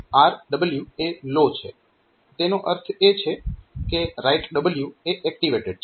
તેથી RW એ low છે તેનો અર્થ એ છે કે રાઈટ W એ એક્ટિવેટેડ છે